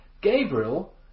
Gabriel